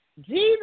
Jesus